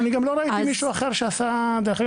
אני גם לא ראיתי מישהו אחר שעשה -- שוב.